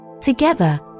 Together